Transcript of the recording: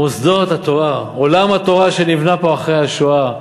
מוסדות התורה, עולם התורה שנבנה פה אחרי השואה,